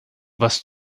was